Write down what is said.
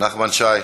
נחמן שי,